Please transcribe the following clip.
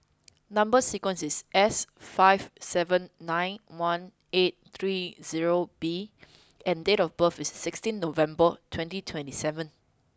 number sequence is S five seven nine one eight three zero B and date of birth is sixteen November twenty twenty seven